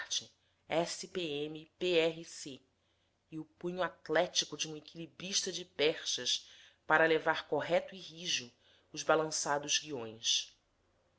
c e o punho atlético de um equilibrista de perchas para levar correto e rijo os balançados guiões